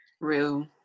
Real